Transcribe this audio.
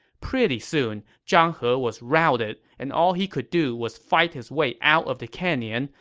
pretty soon, zhang he was routed, and all he could do was fight his way out of the canyon,